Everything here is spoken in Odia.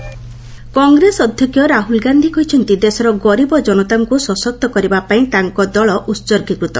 ରାହୁଲ ଓବିସି କଂଗ୍ରେସ ଅଧ୍ୟକ୍ଷ ରାହୁଲ ଗାନ୍ଧୀ କହିଛନ୍ତି' ଦେଶର ଗରୀବ ଜନତାଙ୍କୁ ସଶକ୍ତି କରିବା ପାଇଁ ତାଙ୍କ ଦଳ ଉସର୍ଗୀକୃତ